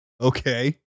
Okay